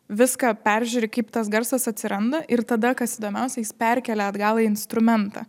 viską peržiūri kaip tas garsas atsiranda ir tada kas įdomiausia jis perkelia atgal į instrumentą